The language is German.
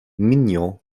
mignon